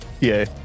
Yay